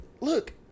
look